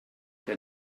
que